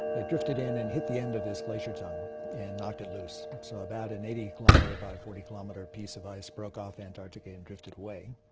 it drifted in and hit the end of this glacier tongue and knocked it loose. so about an eighty kilometre by forty kilometre piece of the ice broke off antarctica and drifted away.